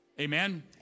Amen